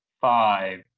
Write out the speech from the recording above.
five